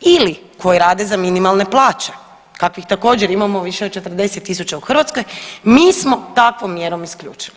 ili koji rade za minimalne plaće kakvih također imamo više od 40 000 u Hrvatskoj, mi smo takvom mjerom isključili.